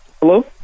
Hello